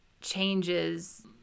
changes